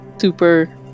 super